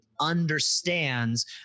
understands